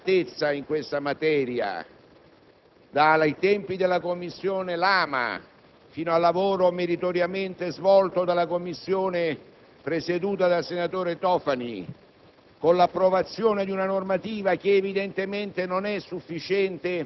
che ha dato storicamente prova di unità e compattezza in questa materia (dai tempi della Commissione Lama, fino al lavoro meritoriamente svolto dalla Commissione presieduta dal senatore Tofani)